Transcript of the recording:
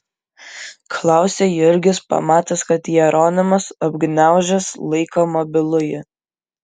klausia jurgis pamatęs kad jeronimas apgniaužęs laiko mobilųjį